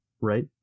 right